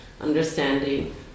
understanding